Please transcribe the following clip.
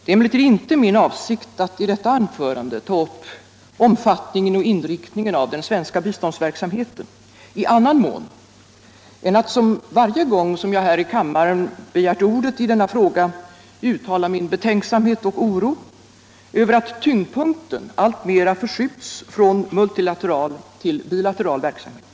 Det är emellertid inte min avsikt att I detta anförande ta upp omfattningen och inriktningen av den svenska biståndsverksamheten i annan mån än att, som varje gång då jag här i kammaren begärt ordet i denna fråga, uttala min betänksamhet och oro över att tyngdpunkten alltmera förskjuts Nr 130 från multilateral till bilateral verksamhet.